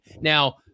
Now